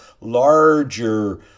larger